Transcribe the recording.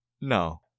No